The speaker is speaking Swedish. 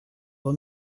var